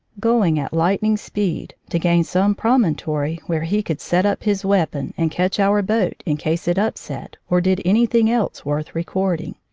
going at light ning speed to gain some promontory where he could set up his weapon and catch our boat in case it upset or did anything else worth recording.